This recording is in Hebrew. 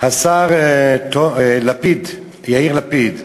השר לפיד, יאיר לפיד,